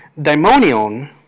daimonion